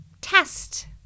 test